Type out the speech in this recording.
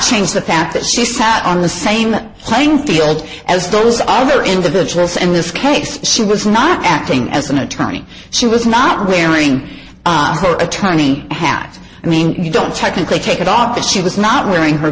change the fact that she sat on the same playing field as those other individuals in this case she was not acting as an attorney she was not wearing her attorney hat i mean you don't technically take it off if she was not wearing her